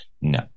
No